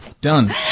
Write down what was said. Done